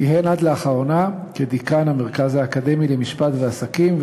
כיהן עד לאחרונה כדיקן המרכז האקדמי למשפט ועסקים,